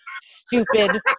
stupid